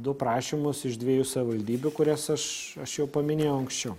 du prašymus iš dviejų savivaldybių kurias aš aš jau paminėjau anksčiau